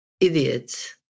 idiots